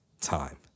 time